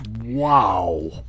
Wow